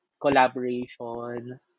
collaboration